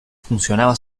funcionaba